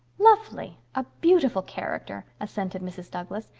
lovely! a beautiful character, assented mrs. douglas.